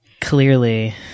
Clearly